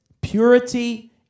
purity